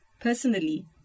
Personally